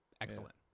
excellent